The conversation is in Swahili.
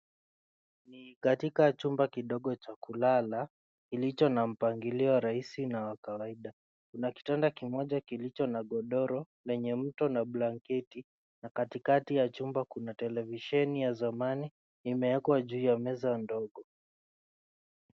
Ni katika chumba kidogo cha kulala, kilicho na mpangilio rahisi na wa kawaida. Kuna kitanda kimoja kilicho na godoro lenye mto na blanketi na katikati ya chumba kina televisheni ya zamanni na imewekwa juu ya meza ndogo.